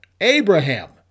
Abraham